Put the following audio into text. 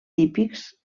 típics